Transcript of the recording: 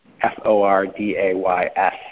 F-O-R-D-A-Y-S